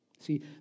See